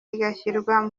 igashyirwa